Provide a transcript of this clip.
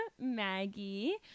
maggie